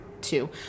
two